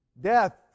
death